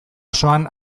osoan